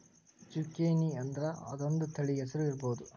ಜುಕೇನಿಅಂದ್ರ ಅದೊಂದ ತಳಿ ಹೆಸರು ಇರ್ಬಹುದ